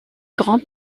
grand